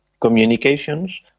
communications